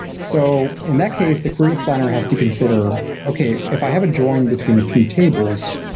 so in that case, the query planner has to consider, okay. if i have a join between a few tables,